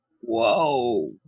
Whoa